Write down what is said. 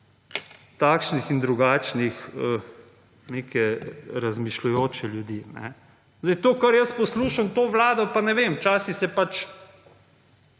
takšnih in drugačnih neke razmišljajoče ljudi. To, kar jaz poslušam to Vlado pa ne vem včasih se pač